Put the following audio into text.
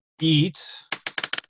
eat